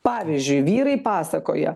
pavyzdžiui vyrai pasakoja